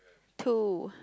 two